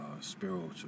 spiritual